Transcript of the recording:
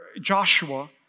Joshua